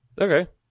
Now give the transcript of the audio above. Okay